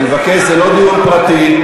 אני מבקש, זה לא דיון פרטי.